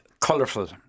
colourful